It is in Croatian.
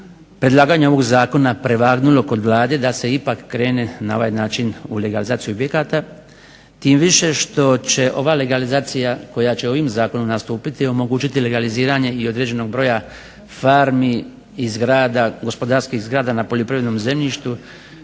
predlaganju ovog zakona prevagnulo kod Vlade da se ipak krene na ovaj način u legalizaciju objekata, tim više što će ova legalizacija koja će ovim zakonom nastupiti omogućiti i legaliziranje i određenog broja farmi i zgrada, gospodarskih zgrada na poljoprivrednom zemljištu